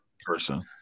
person